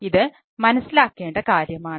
ഇത് മനസ്സിലാക്കേണ്ട കാര്യമാണ്